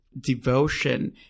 devotion